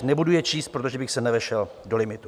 Nebudu je číst, protože bych se nevešel do limitu.